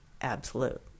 absolute